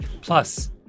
Plus